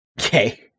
Okay